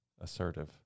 Assertive